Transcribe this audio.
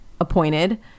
appointed